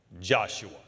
Joshua